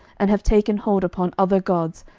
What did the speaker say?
and have taken hold upon other gods,